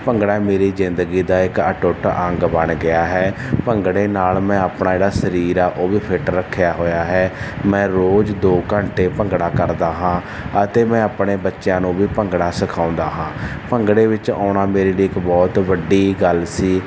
ਭੰਗੜਾ ਮੇਰੀ ਜਿੰਦਗੀ ਦਾ ਇੱਕ ਅਟੁੱਟ ਅੰਗ ਬਣ ਗਿਆ ਹੈ ਭੰਗੜੇ ਨਾਲ ਮੈਂ ਆਪਣਾ ਜਿਹੜਾ ਸਰੀਰ ਆ ਉਹ ਵੀ ਫਿੱਟ ਰੱਖਿਆ ਹੋਇਆ ਹੈ ਮੈਂ ਰੋਜ਼ ਦੋ ਘੰਟੇ ਭੰਗੜਾ ਕਰਦਾ ਹਾਂ ਅਤੇ ਮੈਂ ਆਪਣੇ ਬੱਚਿਆਂ ਨੂੰ ਵੀ ਭੰਗੜਾ ਸਿਖਾਉਂਦਾ ਹਾਂ ਭੰਗੜੇ ਵਿੱਚ ਆਉਣਾ ਮੇਰੇ ਲਈ ਇੱਕ ਬਹੁਤ ਵੱਡੀ ਗੱਲ ਸੀ